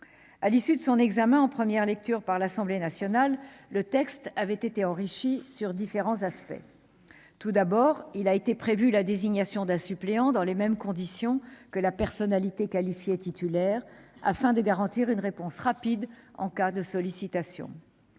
À l'issue de son examen en première lecture par l'Assemblée nationale, le texte avait été enrichi sur différents aspects. Tout d'abord, la désignation d'un suppléant a été prévue, dans les mêmes conditions que celle de la personnalité qualifiée titulaire, afin de garantir une réponse rapide en cas de sollicitation.